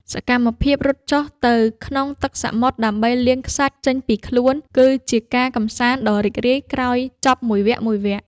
សកម្មភាពរត់ចុះទៅក្នុងទឹកសមុទ្រដើម្បីលាងខ្សាច់ចេញពីខ្លួន គឺជាការកម្សាន្តដ៏រីករាយក្រោយចប់មួយវគ្គៗ។